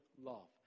love